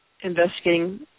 investigating